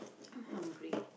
I'm hungry